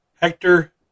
Hector